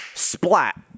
splat